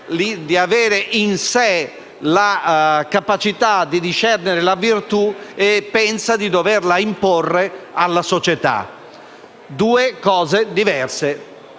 di avere in sé la capacità di discernere la virtù e pensa di doverla imporre alla società. Sono due cose diverse.